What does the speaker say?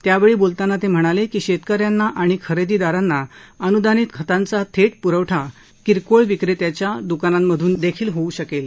त्यावेळी बोलताना ते म्हणाले की शेतक यांना आणि खरेदीदारांना थेट अनुदानित खतांचा पुरवठा किरकोळ विक्रेत्यांच्या दुकानांमधून देखील होऊ शकेल